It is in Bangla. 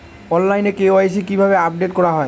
অনলাইনে কে.ওয়াই.সি কিভাবে আপডেট করা হয়?